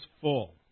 full